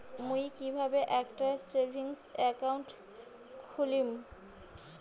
মুই কিভাবে একটা সেভিংস অ্যাকাউন্ট খুলিম?